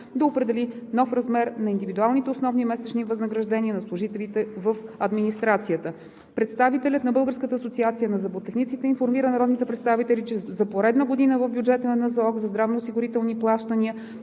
да определи нов размер на индивидуалните основни месечни възнаграждения на служителите в администрацията. Представителят на Българската асоциация на зъботехниците информира народните представители, че за поредна година в бюджета на НЗОК здравноосигурителните плащания